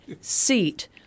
seat